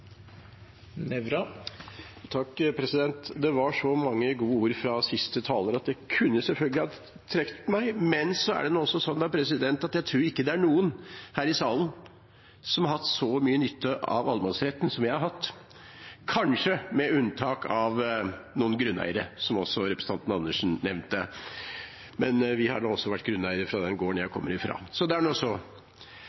at jeg selvfølgelig kunne ha trukket meg, men så er det også sånn at jeg tror ikke det er noen her i salen som har hatt så mye nytte av allemannsretten som jeg har hatt – kanskje med unntak av noen grunneiere, som også representanten Andersen nevnte. Men vi har da også vært grunneiere på den gården jeg